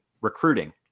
recruiting